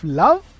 love